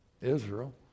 Israel